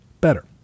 better